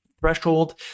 threshold